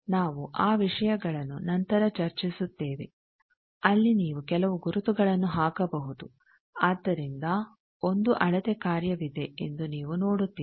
ನಾವು ಆ ವಿಷಯಗಳನ್ನು ನಂತರ ಚರ್ಚಿಸುತ್ತೇವೆ ಅಲ್ಲಿ ನೀವು ಕೆಲವು ಗುರುತುಗಳನ್ನು ಹಾಕಬಹುದು ಆದ್ದರಿಂದ 1 ಅಳತೆ ಕಾರ್ಯವಿದೆ ಎಂದು ನೀವು ನೋಡುತ್ತೀರಿ